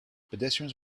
pedestrians